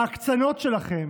בהקצנות שלכם,